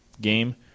game